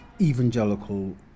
evangelical